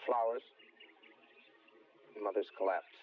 flowers others collapse